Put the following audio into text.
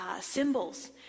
symbols